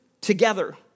together